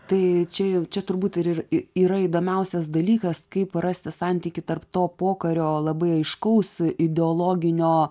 tai jau čia turbūt ir ir i yra įdomiausias dalykas kaip rasti santykį tarp to pokario labai aiškaus ideologinio